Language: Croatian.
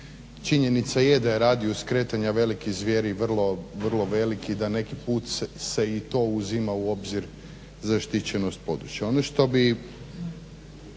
Činjenica je da je radijus kretanja velikih zvijeri vrlo velik i da neki put se i to uzima u obzir zaštićenost područja.